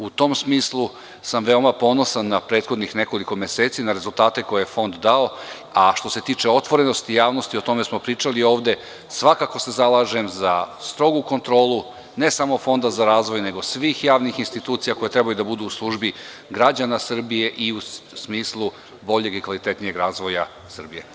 U tom smislu, veoma sam ponosan na prethodnih nekoliko meseci, na rezultate koje je Fond dao, a što se tiče otvorenosti javnosti, o tome smo pričali ovde, svakako se zalažem za strogu kontrolu, ne samo Fonda za razvoj, nego svih javnih institucija koje treba da budu u službi građana Srbije i u smislu boljeg i kvalitetnijeg razvoja Srbije.